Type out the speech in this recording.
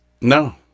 No